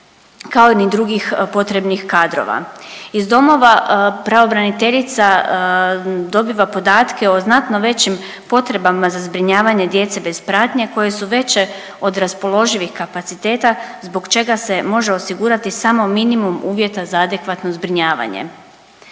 kao ni drugih potrebnih kadrova. Iz Domova pravobraniteljica dobiva podatke o znatno većim potrebama za zbrinjavanje djece bez pratnje koje su veće od raspoloživih kapaciteta zbog čega se može osigurati samo minimum uvjeta za adekvatno zbrinjavanje.